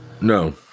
No